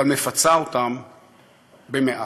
אבל מפצה אותם במעט.